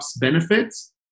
benefits